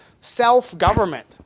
self-government